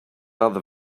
other